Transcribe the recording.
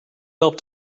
help